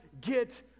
get